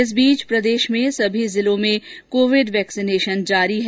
इस बीच प्रदेश में सभी जिलों में कोविड वैक्सीनेशन जारी है